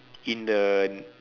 in the